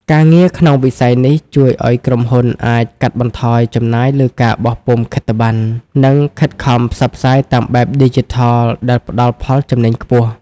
ការងារក្នុងវិស័យនេះជួយឱ្យក្រុមហ៊ុនអាចកាត់បន្ថយចំណាយលើការបោះពុម្ពខិតប័ណ្ណ និងខិតខំផ្សព្វផ្សាយតាមបែបឌីជីថលដែលផ្តល់ផលចំណេញខ្ពស់។